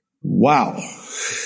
wow